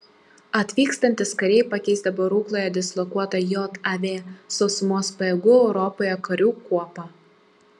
atvykstantys kariai pakeis dabar rukloje dislokuotą jav sausumos pajėgų europoje karių kuopą